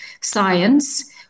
Science